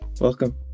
Welcome